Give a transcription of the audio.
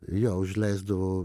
jo užleisdavau